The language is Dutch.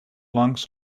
langs